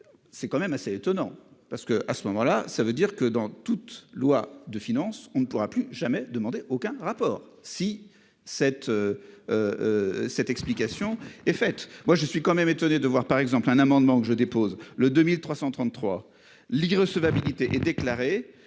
C'est quand même assez étonnant parce que à ce moment-là, ça veut dire que dans toute loi de finances, on ne pourra plus jamais demandé aucun rapport si cette. Cette explication est fait, moi je suis quand même étonné de voir par exemple un amendement que je dépose le 2333 l'irrecevabilité et déclaré